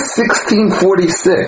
1646